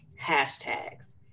hashtags